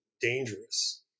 dangerous